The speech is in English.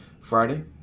Friday